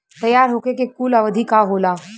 तैयार होखे के कूल अवधि का होला?